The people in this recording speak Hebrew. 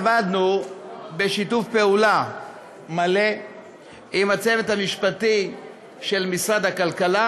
עבדנו בשיתוף פעולה מלא עם הצוות המשפטי של משרד הכלכלה,